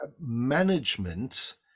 management